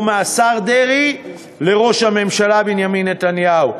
מהשר דרעי לראש הממשלה בנימין נתניהו,